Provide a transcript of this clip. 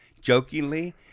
jokingly